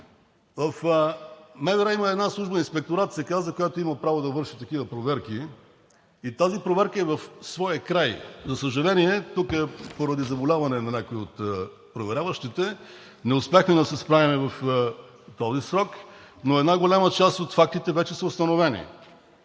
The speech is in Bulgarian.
В МВР има една служба – „Инспекторат“ се казва, която има право да върши такива проверки, и тази проверка е в своя край. За съжаление, тук поради заболяване на някои от проверяващите, не успяхме да се справим в този срок, но една голяма част от фактите вече са установени